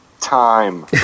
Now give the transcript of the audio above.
time